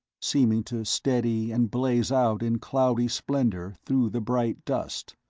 seeming to steady and blaze out in cloudy splendor through the bright dust.